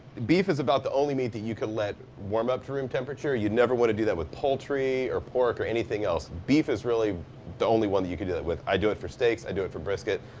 beef is about the only meat that you can let warm up to room temperature. you never wanna do that with poultry or pork or anything else. beef is really the only one that you can do that with. i do it for steaks, i do it for brisket.